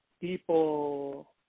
people